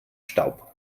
staub